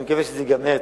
ואני מקווה שזה ייגמר,